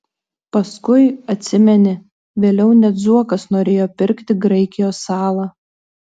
paskui atsimeni vėliau net zuokas norėjo pirkti graikijos salą